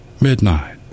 midnight